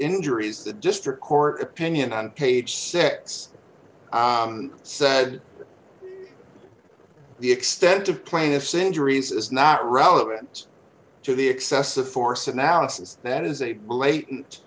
injuries the district court opinion on page six said that the extent of plaintiff's injuries is not relevant to the excessive force analysis that is a blatant